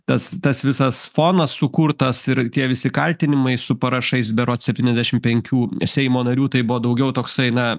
tas tas visas fonas sukurtas ir tie visi kaltinimai su parašais berods septyniasdešimt penkių seimo narių tai buvo daugiau toksai na